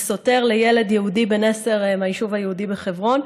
וסוטר לילד יהודי בן עשר מהיישוב היהודי בחברון.